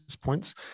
points